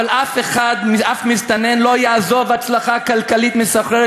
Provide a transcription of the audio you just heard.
אבל אף מסתנן לא יעזוב הצלחה כלכלית מסחררת